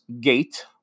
gate